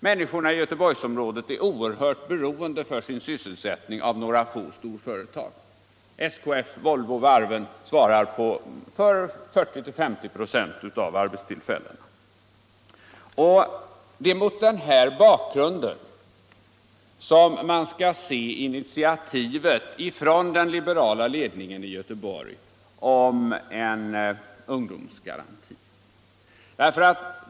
Människorna i Göteborgsområdet är oerhört beroende av några få företag för sin sysselsättning — SKF, Volvo och varven svarar för 40 å 50 96 av arbetstillfällena. Det är mot den bakgrunden man skall se förslaget från den liberala ledningen i Göteborg om en ungdomsgaranti.